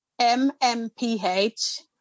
mmph